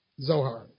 Zohar